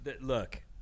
look